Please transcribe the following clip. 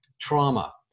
trauma